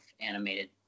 animated